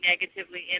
negatively